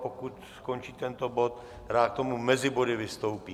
Pokud skončí tento bod, rád k tomu mezi body vystoupím.